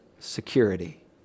Security